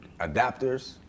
adapters